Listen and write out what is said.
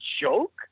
joke